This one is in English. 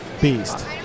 beast